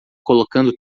colocando